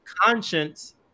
conscience